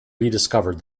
rediscovered